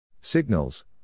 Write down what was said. Signals